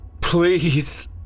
Please